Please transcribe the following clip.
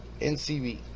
NCV